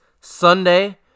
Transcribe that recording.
Sunday